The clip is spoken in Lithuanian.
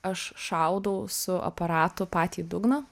aš šaudau su aparatu patį dugną